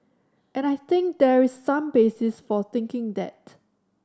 and I think there is some basis for thinking that